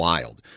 Wild